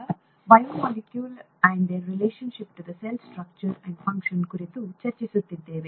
ನಾವು biomolecule and their relationship to the cell structure and function ಕುರಿತು ಚರ್ಚಿಸುತ್ತಿದ್ದೇವೆ